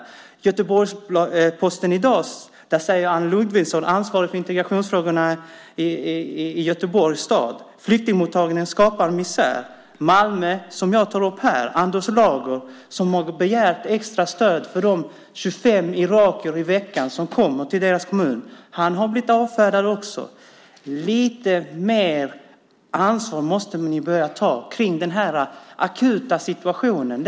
I Göteborgs-Posten i dag säger Ann Lundgren, ansvarig för integrationsfrågorna i Göteborgs stad, att flyktingmottagningen skapar misär. I Malmö, som jag tar upp här, har Anders Lago begärt extra stöd för de 25 irakier i veckan som kommer till hans kommun. Han har blivit avfärdad också. Lite mer ansvar måste ni börja ta kring den här akuta situationen.